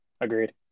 Agreed